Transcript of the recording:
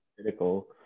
critical